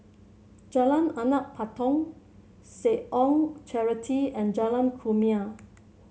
Jalan Anak Patong Seh Ong Charity and Jalan Kumia